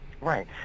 Right